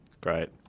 Great